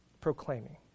proclaiming